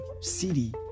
city